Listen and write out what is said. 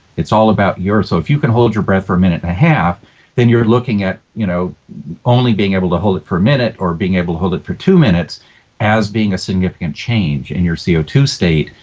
it's all about you, so if you can old your breath for a minute and a half then you're looking at you know only being able to hold it for a minute or being able to hold it for two minutes as being a significant change in your c o two state,